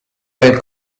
del